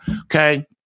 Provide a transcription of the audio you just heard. okay